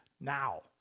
now